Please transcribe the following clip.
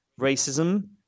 racism